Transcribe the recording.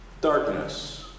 Darkness